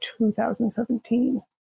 2017